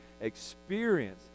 experience